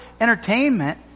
entertainment